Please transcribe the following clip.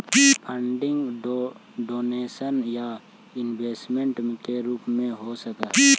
funding donation या investment के रूप में हो सकऽ हई